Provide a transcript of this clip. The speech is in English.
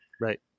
Right